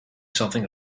something